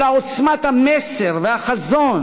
אלא עוצמת המסר והחזון,